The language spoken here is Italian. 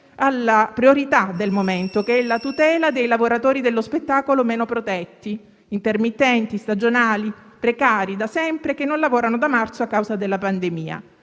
alla priorità del momento, che è la tutela dei lavoratori dello spettacolo meno protetti, intermittenti, stagionali, precari da sempre, che non lavorano da marzo a causa della pandemia.